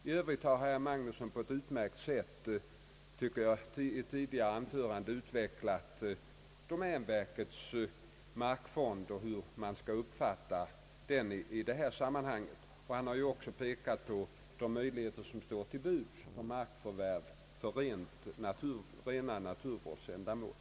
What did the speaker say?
I övrigt har herr Magnusson i ett tidigare anförande på ett enligt min mening utmärkt sätt utvecklat frågan om domänverkets markfonder och hur man skall uppfatta deras ställning i detta sammanhang. Han har också pekat på de möjligheter som står till buds när det gäller markförvärv för rena naturvårdsändamål.